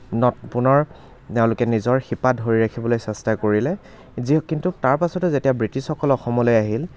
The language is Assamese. নত পুনৰ তেওঁলোকে নিজৰ শিপা ধৰি ৰাখিবলৈ চেষ্টা কৰিলে যি কিন্তু তাৰ পাছতে যেতিয়া ব্ৰিটিছসকল অসমলৈ আহিল